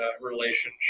relationship